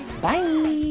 Bye